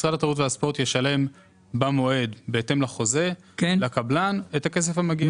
משרד התרבות והספורט ישלם במועד בהתאם לחוזה לקבלן את הכסף המגיע לו.